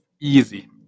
easy